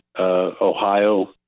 Ohio